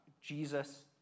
Jesus